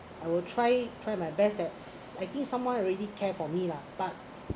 I will try try my best that I think someone already care for me lah but